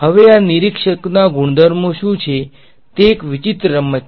હવે આ નિરીક્ષકોના ગુણધર્મો શું છે તે એક વિચિત્ર રમત છે